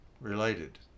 related